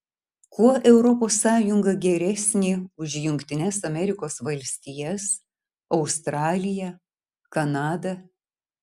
kuo europos sąjunga geresnė už jungtines amerikos valstijas australiją kanadą